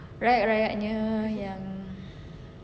rakyat-rakyatnya yang